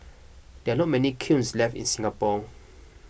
there are not many kilns left in Singapore